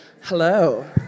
hello